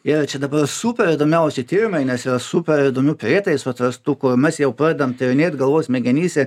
yra čia dabar super įdomiausi tyrimai nes yra super įdomių prietaisų atrastų kur mes jau pradedam tyrinėt galvos smegenyse